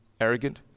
arrogant